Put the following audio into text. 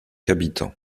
habitants